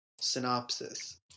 synopsis